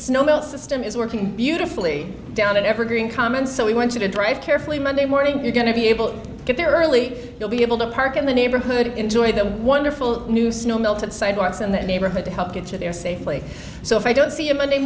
snowmelt system is working beautifully down in evergreen comment so we want you to drive carefully monday morning you're going to be able to get there early you'll be able to park in the neighborhood enjoy the wonderful new snow melted sidewalks in the neighborhood to help get you there safely so if i don't see you monday